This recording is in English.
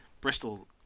Bristol